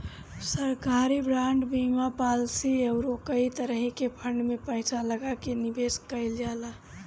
सरकारी बांड, बीमा पालिसी अउरी कई तरही के फंड में पईसा लगा के निवेश कईल जाला